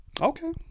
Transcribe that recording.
okay